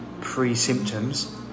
pre-symptoms